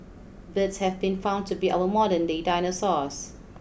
birds have been found to be our modernday dinosaurs